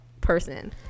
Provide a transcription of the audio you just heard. person